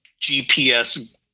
gps